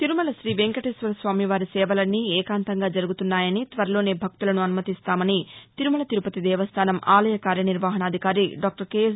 తిరుమల రీ వెంకటేశ్వరస్వామివారి సేవలన్నీ ఏకాంతంగా జరుగుతున్నాయని త్వరలోనే భక్తులను అనుమతిస్తామని తిరుమల తిరుపతి దేవస్థానం ఆలయ కార్యనిర్వహణాధికారి డాక్టర్ కేఎస్